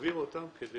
ולהעביר אותם כדי